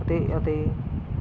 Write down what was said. ਅਤੇ ਅਤੇ